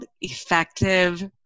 effective